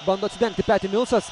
bando atsidengti peti milsas